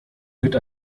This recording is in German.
wird